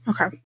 okay